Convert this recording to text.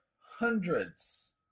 hundreds